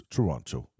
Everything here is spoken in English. Toronto